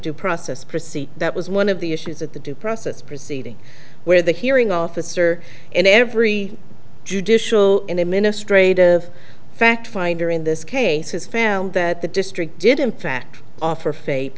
process procedure that was one of the issues that the due process proceeding where the hearing officer in every judicial and administrate of fact finder in this case has found that the district did in fact offer faith